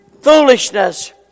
foolishness